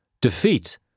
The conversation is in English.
Defeat